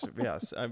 yes